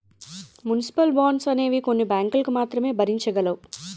municipal bonds అనేవి కొన్ని బ్యాంకులు మాత్రమే భరించగలవు